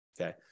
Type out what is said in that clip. okay